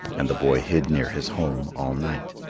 and the boy hid near his home all night.